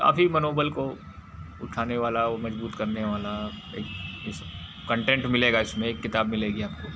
काफ़ी मनोबल को उठाने वाला वह मजबूत करने वाला एक इस कंटेंट मिलेगा इसमें एक किताब मिलेगी आपको